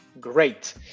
Great